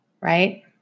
right